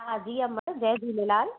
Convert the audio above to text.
हा जी अमा जय झूलेलाल